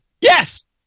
yes